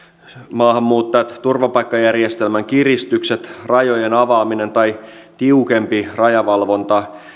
maahanmuuttajat turvapaikkajärjestelmän kiristykset rajojen avaaminen tai tiukempi rajavalvonta